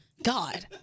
God